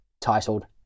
titled